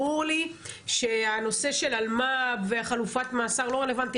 ברור לי שהנושא של אלמ"ב וחלופת המאסר לא רלוונטי,